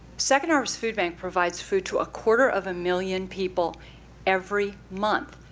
second harvest food bank provides food to a quarter of a million people every month.